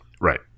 right